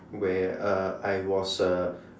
where uh I was uh